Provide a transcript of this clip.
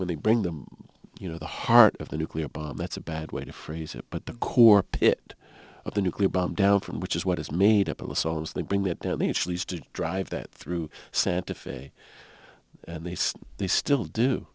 when they bring them you know the heart of the nuclear bomb that's a bad way to phrase it but the core pit of the nuclear bomb down from which is what is made up of the soldiers they bring that to drive that through santa fe and they say they still do